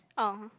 uh